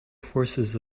forces